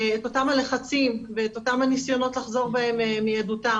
את אותם הלחצים ואת אותם הניסיונות לחזור בהם מעדותם.